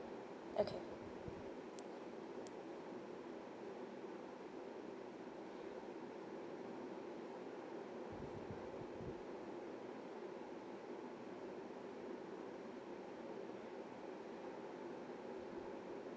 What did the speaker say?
okay